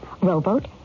Rowboat